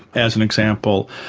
as an example,